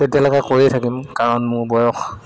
তেতিয়ালৈকে কৰিয়ে থাকিম কাৰণ মোৰ বয়স